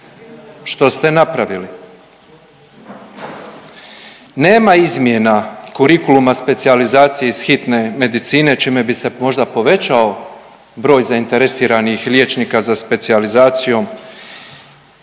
Što ste napravili? Nema izmjena kurikuluma specijalizacije iz hitne medicine čime bi se možda povećao broj zainteresiranih liječnika za specijalizacijom